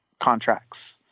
contracts